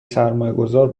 سرمایهگذار